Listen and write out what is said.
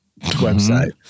website